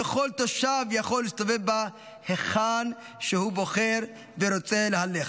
וכל תושב יכול להסתובב בה היכן שהוא בוחר ורוצה להלך.